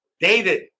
David